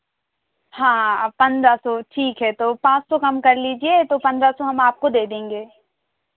हाँ पंद्रह सौ ठीक है तो पाँच सौ कम कर लीजिए तो पंद्रह सौ हम आपको दे देंगे